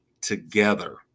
together